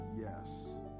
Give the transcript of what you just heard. yes